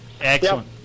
excellent